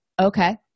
Okay